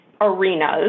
arenas